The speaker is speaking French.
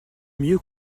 mieux